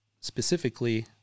specifically